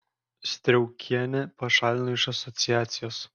striaukienę pašalino iš asociacijos